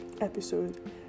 episode